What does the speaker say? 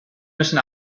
müssen